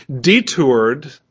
detoured